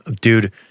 Dude